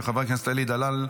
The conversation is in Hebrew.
של חבר הכנסת אלי דלל,